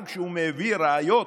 גם כשהוא מביא ראיות